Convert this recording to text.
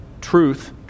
truth